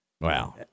Wow